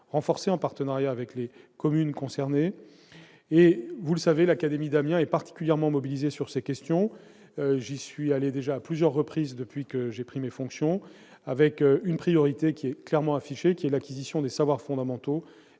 renforcées, en partenariat avec les communes concernées. Vous le savez, l'académie d'Amiens est particulièrement mobilisée sur ces questions. Je m'y suis déjà rendu à plusieurs reprises depuis ma prise de fonctions, avec une priorité clairement affichée, à savoir l'acquisition des savoirs fondamentaux